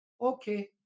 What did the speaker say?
okay